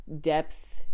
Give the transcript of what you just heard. depth